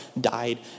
died